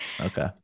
Okay